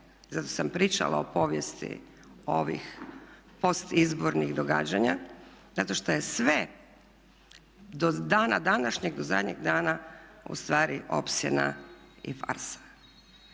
zato sam pričala o povijesti ovih post izbornih događanja, zato što je sve do dana današnjeg, do zadnjeg dana u stvari opsjena i farsa.